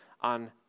on